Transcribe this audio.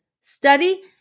study